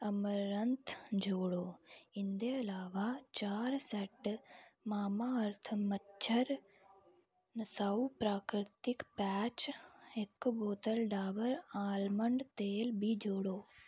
अमरनंत जोड़ो इं'दे इलावा चार सैट मामा अर्थ मच्छर नसाऊ प्रकृतिक पैच इक बोतल डाबर आल्मंड तेल बी जोड़ो